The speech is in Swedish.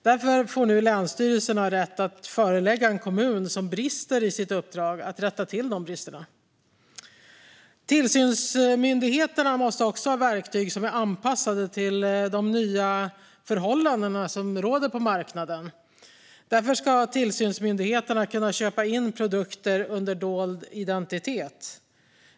Därför får länsstyrelserna nu rätt att förelägga en kommun som brister i sitt uppdrag att rätta till bristerna. Tillsynsmyndigheterna måste också ha verktyg som är anpassade till de nya förhållanden som råder på marknaden. Därför ska tillsynsmyndigheterna kunna köpa in produkter under dold identitet.